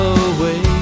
away